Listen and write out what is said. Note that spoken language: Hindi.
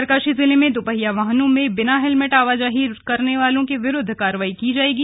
उत्तरकाशी जिले में दपहिया वाहनों में बिना हेल्मेट आवाजाही करने वालों के विरूद्व कार्रवाई की जाएगी